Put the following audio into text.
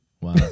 Wow